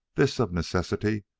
this, of necessity,